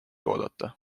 oodata